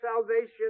salvation